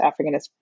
Africanist